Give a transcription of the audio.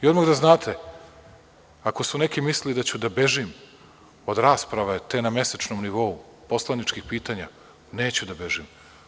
Odmah da znate, ako su neki mislili da ću da bežim od rasprave te na mesečnom nivou, poslaničkih pitanja, neću da bežim.